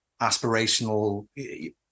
aspirational